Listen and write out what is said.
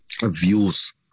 views